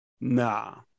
Nah